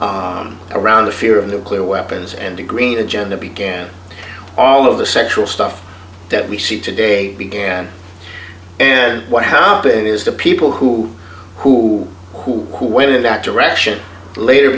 around the fear of nuclear weapons and the green agenda began all of the sexual stuff that we see today began and what how big it is the people who who who who went to that direction later